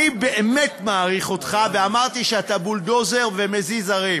אני באמת מעריך אותך ואמרתי שאתה בולדוזר ומזיז הרים.